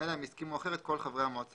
אלא אם הסכימו אחרת כל חברי המועצה